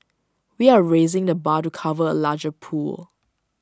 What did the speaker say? we are raising the bar to cover A larger pool